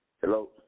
Hello